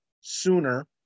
sooner